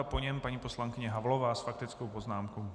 Po něm paní poslankyně Havlová s faktickou poznámkou.